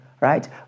right